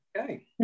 Okay